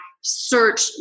search